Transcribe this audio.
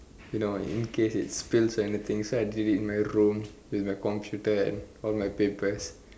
you know in case it spills anything so I did it in my room with my computer and all my papers